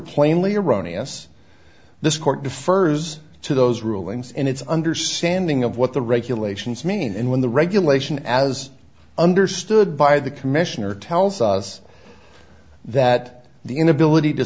erroneous this court defers to those rulings in its understanding of what the regulations mean and when the regulation as understood by the commissioner tells us that the inability to